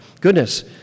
Goodness